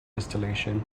installation